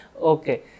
okay